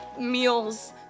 meals